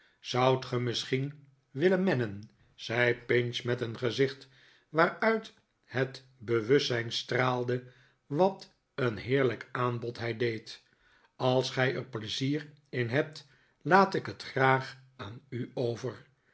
zoudt gij misschien willen mennen zei pmch met een gezicht waaruit het bewustzijn straalde wat een heerlijk aanbod hij deed als gij er pleizier in hebt laat ik het graag aan u over